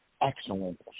Excellent